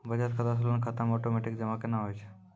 बचत खाता से लोन खाता मे ओटोमेटिक जमा केना होय छै?